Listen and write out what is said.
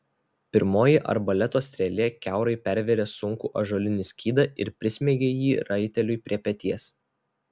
pirmoji arbaleto strėlė kiaurai pervėrė sunkų ąžuolinį skydą ir prismeigė jį raiteliui prie peties